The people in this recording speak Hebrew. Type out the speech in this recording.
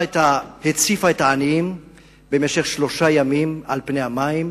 והציפה את העניים במשך שלושה ימים על פני המים,